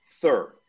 third